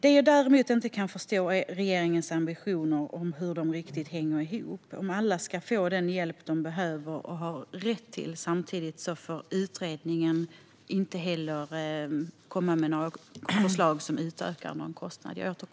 Det jag däremot inte kan förstå är regeringens ambition om hur det hela hänger ihop. Alla ska visserligen få den hjälp de behöver och har rätt till, men samtidigt får utredningen inte komma med förslag som ökar kostnaden.